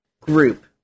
group